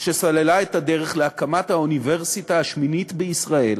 שסללה את הדרך להקמת האוניברסיטה השמינית בישראל,